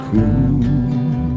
Cool